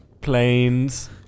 planes